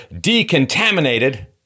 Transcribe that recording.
decontaminated